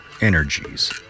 Energies